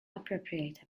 appropriate